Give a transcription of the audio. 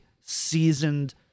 seasoned